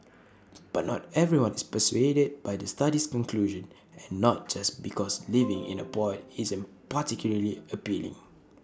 but not everyone is persuaded by the study's conclusion and not just because living in A pod isn't particularly appealing